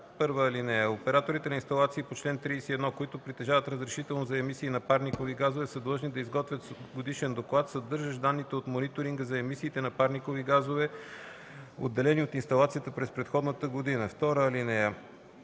така: (1) Операторите на инсталации по чл. 31, които притежават разрешително за емисии на парникови газове, са длъжни да изготвят годишен доклад, съдържащ данните от мониторинга за емисиите на парникови газове, отделени от инсталацията през предходната година. (2)